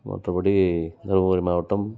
மற்றபடி தர்மபுரி மாவட்டம்